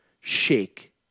shake